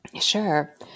Sure